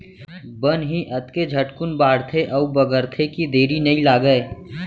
बन ही अतके झटकुन बाढ़थे अउ बगरथे कि देरी नइ लागय